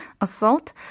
assault